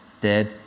dead